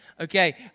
Okay